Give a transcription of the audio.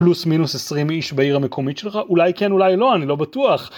פלוס מינוס עשרים איש בעיר המקומית שלך? אולי כן, אולי לא, אני לא בטוח.